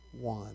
one